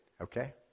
Okay